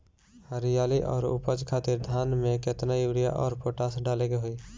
हरियाली और उपज खातिर धान में केतना यूरिया और पोटाश डाले के होई?